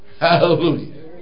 hallelujah